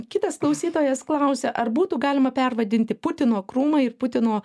kitas klausytojas klausia ar būtų galima pervadinti putino krūmą į putino